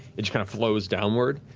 it kind of flows downward.